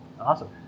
Awesome